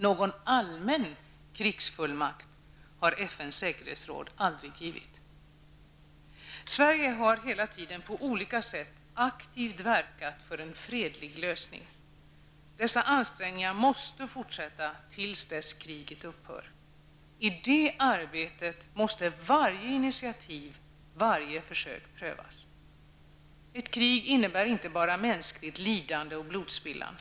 Någon allmän krigsfullmakt har FNs säkerhetsråd aldrig givit. Sverige har hela tiden på olika sätt aktivt verkat för en fredlig lösning. Dessa ansträngningar måste fortsätta tills dess kriget upphör. I det arbetet måste varje initiativ, varje försök prövas. Ett krig innebär inte bara mänskligt lidande och blodspillan.